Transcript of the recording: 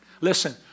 Listen